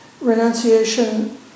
Renunciation